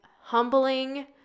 humbling